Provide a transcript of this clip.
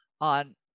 on